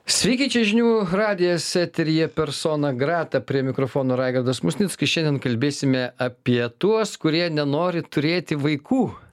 sveiki čia žinių radijas eteryje persona grata prie mikrofono raigardas musnickas šiandien kalbėsime apie tuos kurie nenori turėti vaikų